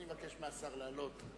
אני מבקש מהשר לעלות.